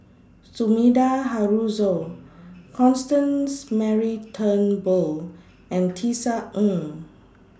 Sumida Haruzo Constance Mary Turnbull and Tisa Ng